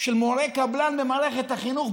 של מורה קבלן במערכת החינוך,